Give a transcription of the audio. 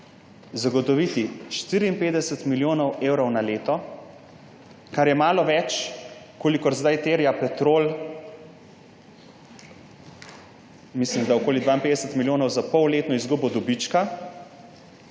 zagotoviti 54 milijonov evrov na leto, kar je malo več, kolikor zdaj terja Petrol, mislim da okoli 52 milijonov za polletno izgubo dobička,